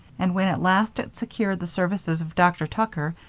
and when at last it secured the services of dr. tucker,